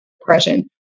depression